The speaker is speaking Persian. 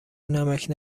نمکـ